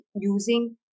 using